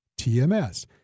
TMS